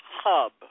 hub